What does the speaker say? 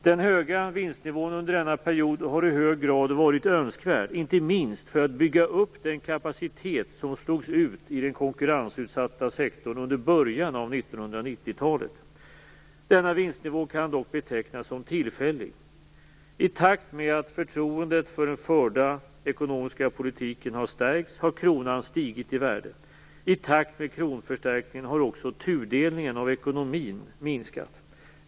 Den höga vinstnivån under denna period har i hög grad varit önskvärd, inte minst för att bygga upp den kapacitet som slogs ut i den konkurrensutsatta sektorn under början av 1990-talet. Denna vinstnivå kan dock betecknas som tillfällig. I takt med att förtroendet för den förda ekonomiska politiken har stärkts har kronan stigit i värde. I takt med kronförstärkningen har också tudelningen av ekonomin minskat.